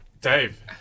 Dave